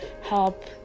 help